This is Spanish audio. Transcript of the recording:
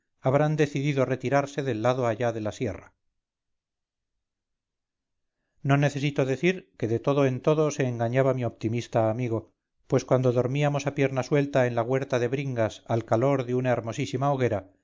habrán decidido retirarse del lado allá de la sierra no necesito decir que de todo en todo se engañaba mi optimista amigo pues cuando dormíamos a pierna suelta en la huerta de bringas al calor de una hermosísima hoguera